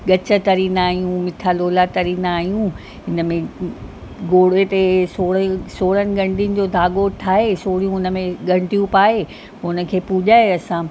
ॻच तरींदा आहियूं मिठा लोला तरींदा आहियूं हिनमें उ घोड़े ते सोरहें सोरहनि ॻढियूं जो धागो ठाहे सोरहियूं ॻंढियूं पाए हुनखे पूॼाए असां